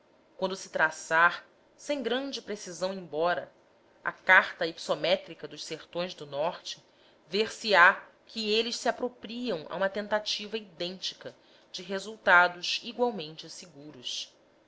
quando se traçar sem grande precisão embora a carta hipsométrica dos sertões do norte ver se á que eles se apropriam a uma tentativa idêntica de resultados igualmente seguros